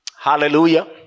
Hallelujah